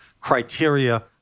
criteria